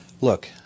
look